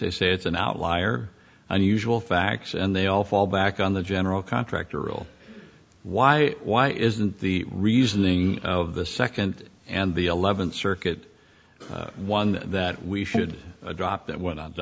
they say it's an outlier unusual facts and they all fall back on the general contractor rule why why isn't the reasoning of the second and the eleventh circuit one that we should drop that went on t